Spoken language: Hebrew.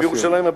בירושלים הבנויה.